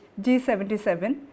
G77